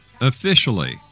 officially